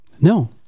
No